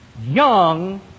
young